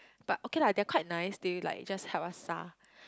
but okay lah they're quite nice they like just help us 调